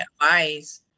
advice